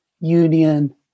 Union